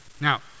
Now